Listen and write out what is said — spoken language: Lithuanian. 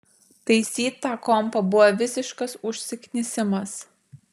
taisyt tą kompą buvo visiškas užsiknisimas